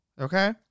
Okay